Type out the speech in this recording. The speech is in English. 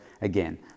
again